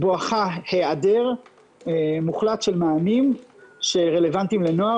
בואך היעדר מוחלט של מענים שרלוונטיים לנוער